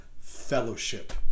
fellowship